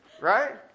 Right